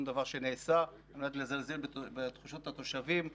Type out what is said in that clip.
דבר שנעשה על מנת לזלזל בתחושות התושבים.